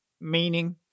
meaning